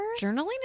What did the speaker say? journaling